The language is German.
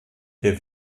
der